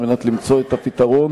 כדי למצוא את הפתרון